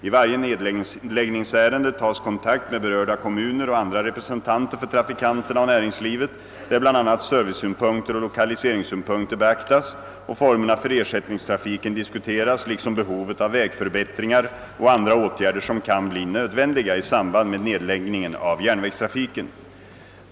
I varje nedläggningsärende tas kontakt med berörda kommuner och andra representanter för trafikanterna och näringslivet, varvid bl.a. servicesynpunkter och. lokaliseringssynpunkter beaktas och formerna för ersättningstrafiken diskuteras liksom behovet av vägförbättringar och andra åtgärder som kan bli nödvändiga i samband med nedläggningen av järnvägstrafiken.